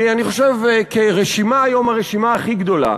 והיא, אני חושב, כרשימה, היום הרשימה הכי גדולה,